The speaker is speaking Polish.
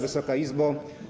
Wysoka Izbo!